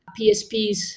PSPs